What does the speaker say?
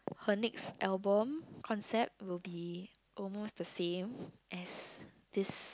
her next album concept will be almost the same as this